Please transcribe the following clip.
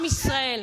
עם ישראל.